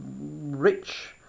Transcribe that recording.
rich